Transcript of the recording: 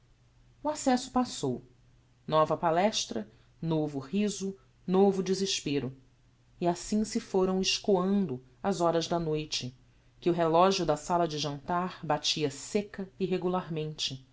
o accesso passou nova palestra novo riso novo desespero e assim se foram escoando as horas da noite que o relogio da sala de jantar batia secca